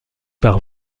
par